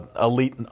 elite